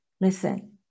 Listen